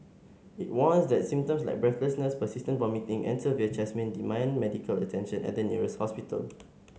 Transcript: it warns that symptoms like breathlessness persistent vomiting and severe chest pain demand medical attention at the nearest hospital